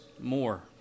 more